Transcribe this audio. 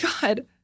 God